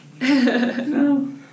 no